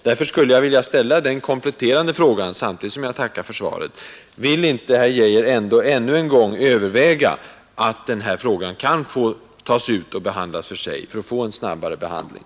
Därför skulle jag vilja ställa den kompletterande frågan, samtidigt som jag tackar för svaret: Vill inte herr Geijer ännu en gång överväga att den här frågan kan få brytas ut och behandlas för sig, och därmed få en snabbare behandling?